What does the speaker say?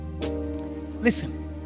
Listen